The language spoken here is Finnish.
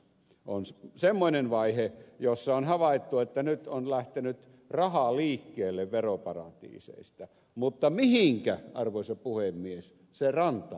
on semmoinen vaihe jossa on havaittu että nyt on lähtenyt rahaa liikkeelle veroparatiiseista mutta mihinkä arvoisa puhemies se rantautuu